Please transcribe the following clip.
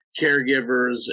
caregivers